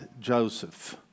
Joseph